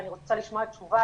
אני רוצה לשמוע תשובה,